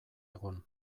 egon